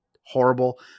horrible